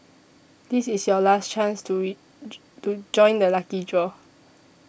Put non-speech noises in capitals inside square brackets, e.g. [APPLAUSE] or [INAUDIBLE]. this is your last chance to [UNINTELLIGIBLE] join the lucky draw